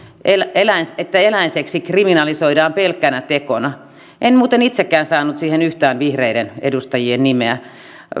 että eläinseksi kriminalisoidaan pelkkänä tekona en muuten itsekään saanut siihen yhtään vihreiden edustajien nimiä